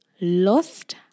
lost